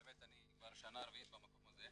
באמת אני כבר שנה רביעית במקום הזה,